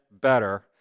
better